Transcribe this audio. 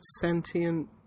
sentient